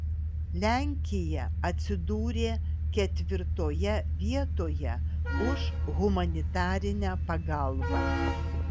lenkija atsidūrė ketvirtoje vietoje už humanitarinę pagalbą